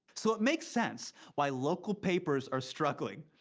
so it makes sense why local papers are struggling.